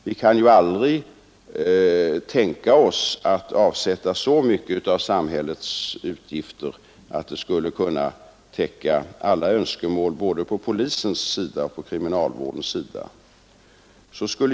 Vi kan ju aldrig tänka oss att avsätta så mycket av samhällets utgifter att de skulle kunna täcka alla önskemål både på polisens sida och på kriminalvårdens.